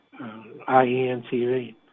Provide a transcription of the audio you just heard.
IENTV